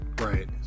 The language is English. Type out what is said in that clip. Right